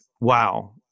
wow